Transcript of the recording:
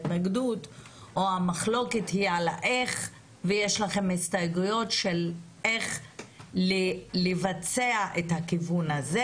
היא על איך ויש לכם הסתייגות איך לבצע את הכיוון הזה.